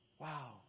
Wow